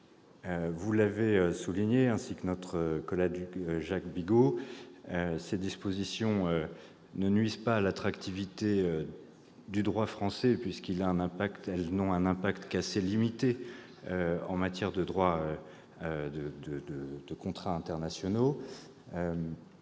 vous l'avez souligné, ainsi que notre collègue Jacques Bigot, ces dispositions ne nuisent pas à l'attractivité du droit français, puisqu'elles n'ont qu'un impact assez limité en matière de droit des contrats internationaux.